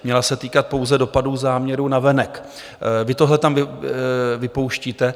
Měla se týkat pouze dopadů záměru navenek, vy tohle tam vypouštíte.